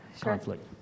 conflict